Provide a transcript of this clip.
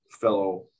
fellow